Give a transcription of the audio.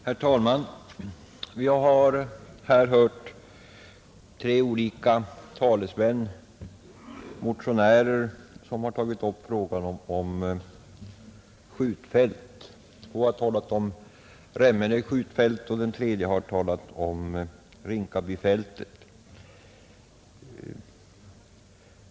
Herr talman! Vi har här hört talesmän för tre olika motioner som har tagit upp frågan om skjutfält. Två har talat om Remmene skjutfält, den tredje har talat om Rinkaby skjutfält.